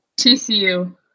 TCU